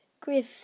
Griff